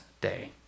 day